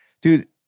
Dude